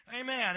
Amen